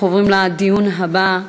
אנחנו עוברים לדיון הבא.